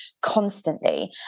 constantly